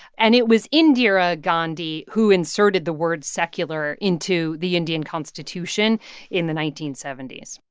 and it was indira gandhi who inserted the word secular into the indian constitution in the nineteen seventy s.